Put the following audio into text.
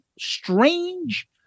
strange